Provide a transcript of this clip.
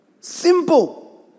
Simple